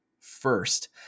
first